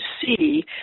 see